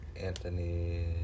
Anthony